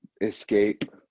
escape